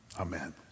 Amen